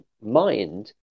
mind